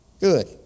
Good